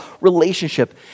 relationship